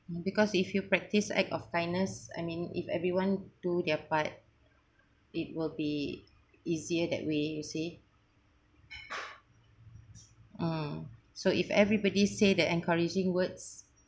because if you practice act of kindness I mean if everyone do their part it will be easier that way you said mm so if everybody say that encouraging words